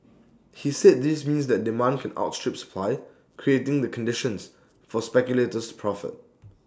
he said this means that demand can outstrip supply creating the conditions for speculators to profit